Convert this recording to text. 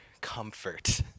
comfort